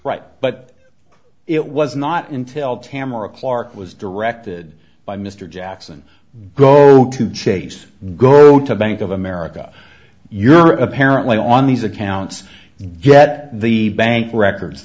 right but it was not until tomorrow clark was directed by mr jackson go to chase go to bank of america you're apparently on these accounts get the bank records